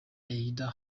either